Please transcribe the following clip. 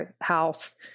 house –